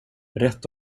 rätt